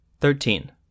Thirteen